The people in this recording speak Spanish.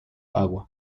agua